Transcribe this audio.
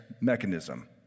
mechanism